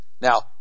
Now